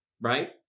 right